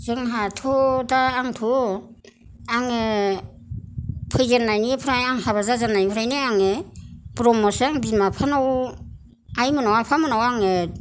जोंहाथ दा आंथ आङो फैजेननायनिफ्राय आं हाबा जानायनिफ्रायनो आङो ब्रह्मसो बिमा बिफानाव आइ मोननाव आफा मोननाव आङो